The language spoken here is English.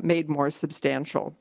made made more substantial.